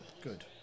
Good